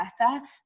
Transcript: better